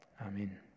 Amen